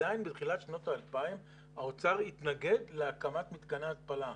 עדיין בתחילת שנות האלפיים האוצר התנגד להקמת מתקני התפלה,